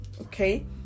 okay